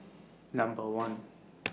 Number one